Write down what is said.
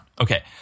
Okay